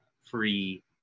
free